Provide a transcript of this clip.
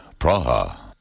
Praha